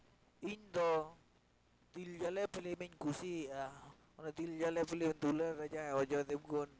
ᱤᱧ ᱫᱚ ᱫᱤᱞ ᱡᱟᱞᱮ ᱯᱷᱤᱞᱤᱢᱤᱧ ᱠᱩᱥᱤᱭᱟᱜᱼᱟ ᱚᱱᱟ ᱫᱤᱞ ᱡᱟᱞᱮ ᱯᱷᱤᱞᱤᱢ ᱫᱩᱞᱟᱹᱲ ᱨᱮ ᱡᱟᱦᱟᱸᱭ ᱚᱡᱚᱭ ᱫᱮᱹᱵᱽᱜᱚᱱ